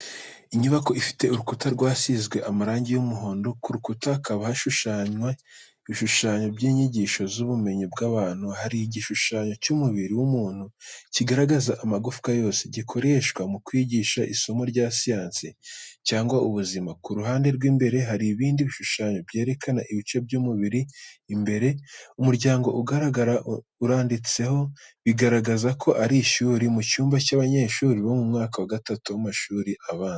Inyubako ifite urukuta rwasizwe amarangi y’umuhondo, ku rukuta hakaba hashushanywe ibishushanyo by’inyigisho z’ubumenyi bw’abantu. Hari igishushanyo cy’umubiri w’umuntu kigaragaza amagufwa yose, gikoreshwa mu kwigisha isomo rya siyansi cyangwa ubuzima. Ku ruhande rw’imbere hari ibindi bishushanyo byerekana ibice by’umubiri imbere. Umuryango ugaragara uranditseho, bigaragaza ko ari ishuri, mu cyumba cy’abanyeshuri bo mu mwaka wa gatanu w’amashuri abanza.